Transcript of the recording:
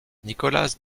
nicholas